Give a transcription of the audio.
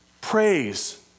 praise